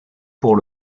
pour